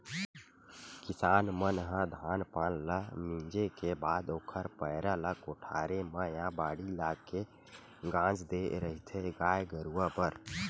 किसान मन ह धान पान ल मिंजे के बाद ओखर पेरा ल कोठारे म या बाड़ी लाके के गांज देय रहिथे गाय गरुवा बर